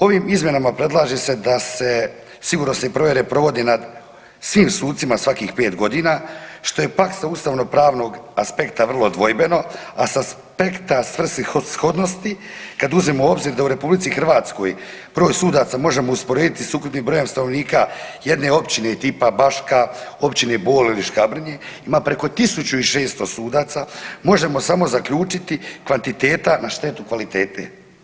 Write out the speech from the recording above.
Ovim izmjenama predlaže se da se sigurnosne provjere provode nad svim sucima svakih pet godina što je praksa ustavno-pravnog aspekta dvojbeno, a sa aspekta svrsishodnosti kad uzmemo u obzir da u Republici Hrvatskoj broj sudaca možemo usporediti sa ukupnim brojem stanovnika jedne općine Baška, općine Bol ili Škabrnje ima preko 1600 sudaca možemo samo zaključiti kvantiteta na štetu kvalitete.